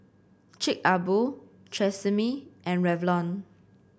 Chic A Boo Tresemme and Revlon